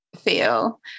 Feel